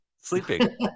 sleeping